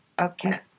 Okay